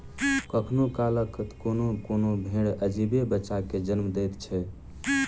कखनो काल क कोनो कोनो भेंड़ अजीबे बच्चा के जन्म दैत छै